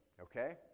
okay